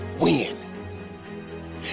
Win